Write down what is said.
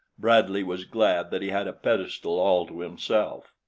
bradley was glad that he had a pedestal all to himself.